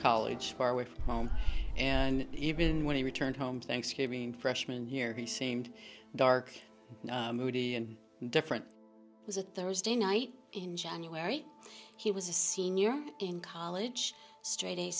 college our way home and even when he returned home thanksgiving freshman year he seemed dark and different was a thursday night in january he was a senior in college straight a